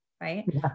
right